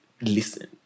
listen